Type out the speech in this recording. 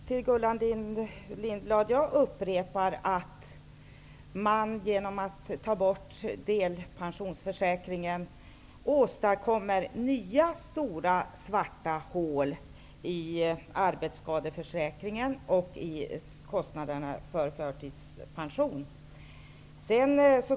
Herr talman! Jag upprepar, Gullan Lindblad, att man genom att ta bort delpensionsförsäkringen åstadkommer nya stora svarta hål i arbetsskadeförsäkringen och i kostnaderna för förtidspensionen.